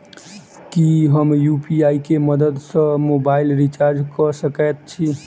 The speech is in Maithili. की हम यु.पी.आई केँ मदद सँ मोबाइल रीचार्ज कऽ सकैत छी?